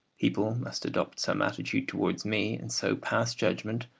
people must adopt some attitude towards me, and so pass judgment,